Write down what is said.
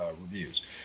reviews